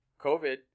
COVID